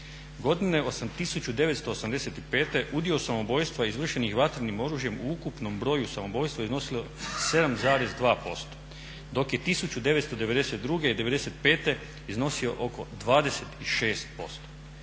Godine 1985.udio samoubojstava izvršenih vatrenih oružjem u ukupnom broju samoubojstava iznosilo je 7,2% dok je 1992.i 1995.iznosio oko 26%.